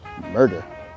murder